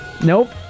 Nope